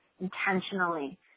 intentionally